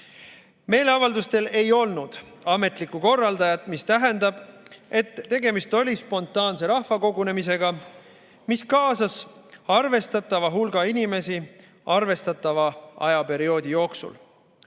Meeleavaldustel ei olnud ametlikku korraldajat, mis tähendab, et tegemist oli spontaanse rahvakogunemisega, mis kaasas arvestatava hulga inimesi arvestatava ajaperioodi